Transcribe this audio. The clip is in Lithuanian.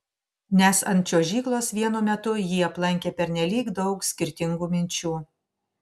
nes ant čiuožyklos vienu metu jį aplankė pernelyg daug skirtingų minčių